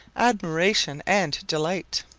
admiration and delight.